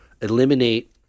eliminate